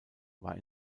war